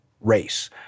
Race